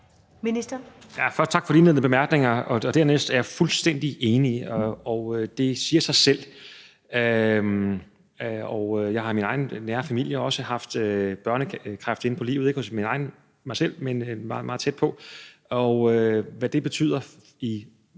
tak for de indledende bemærkninger. Dernæst vil jeg sige, at jeg er fuldstændig enig; det siger sig selv. Jeg har i min egen nære familie også haft børnekræft inde på livet – ikke hos mig selv, men meget, meget tæt på – og hvad det betyder med